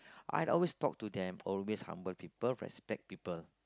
I always talk to them always humble people respect people